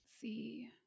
See